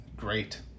great